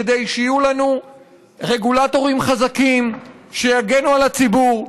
כדי שיהיו לנו רגולטורים חזקים שיגנו על הציבור,